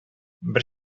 бер